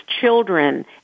children